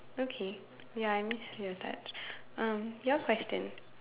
okay ya I miss your touch um your question